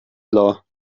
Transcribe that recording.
klar